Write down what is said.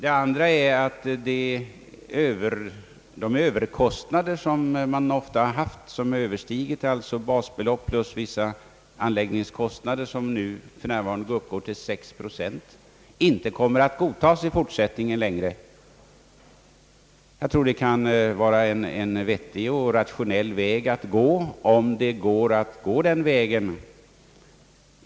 Den andra motiveringen är att de överkostnader som man ofta har haft — kostnader som alltså har överstigit basbeloppet plus vissa anläggningskostnader och som för närvarande uppgår till 6 procent — inte kommer att godtas i fortsättningen. Jag tror det kan vara en vettig och rationell lösning, förutsatt att det är möjligt att gå den vägen.